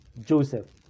Joseph